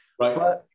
Right